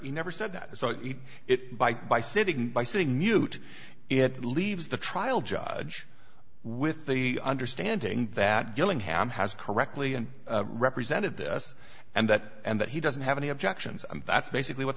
he never said that it by by sitting by sitting mute it leaves the trial judge with the understanding that gillingham has correctly and represented this and that and that he doesn't have any objections and that's basically what